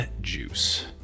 juice